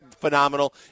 phenomenal